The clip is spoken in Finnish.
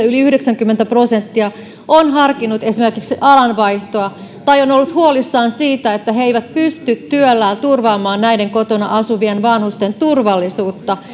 yli yhdeksänkymmentä prosenttia on esimerkiksi harkinnut alan vaihtoa tai on ollut huolissaan siitä että ei pysty työllään turvaamaan näiden kotona asuvien vanhusten turvallisuutta